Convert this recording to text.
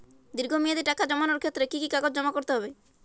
দীর্ঘ মেয়াদি টাকা জমানোর ক্ষেত্রে কি কি কাগজ জমা করতে হবে?